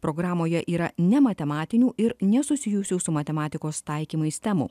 programoje yra ne matematinių ir nesusijusių su matematikos taikymais temų